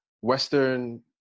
western